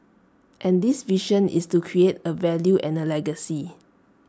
and this vision is to create A value and A legacy